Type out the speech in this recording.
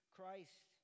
Christ